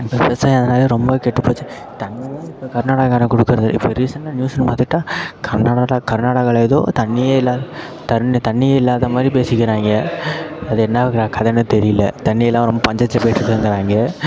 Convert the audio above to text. இப்போ விவசாயம் அதனாலே ரொம்ப கெட்டு போச்சு தண்ணியே இப்போ கர்நாடகாக்காரன் கொடுக்குறது இல்லை இப்போ ரீசெண்ட்டாக நியூஸ்னு பார்த்துக்கிட்டா கர்நாடகாவில் கர்நாடகாவில் ஏதோ தண்ணியே இல்லாத தண்ணி தண்ணியே இல்லாத மாதிரி பேசிக்கிறாங்க அது என்ன க கதைனே தெரியல தண்ணி இல்லாமல் ரொம்ப பஞ்சத்தில் போய்கிட்டுக்குங்கிறாய்ங்க